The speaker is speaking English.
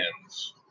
hands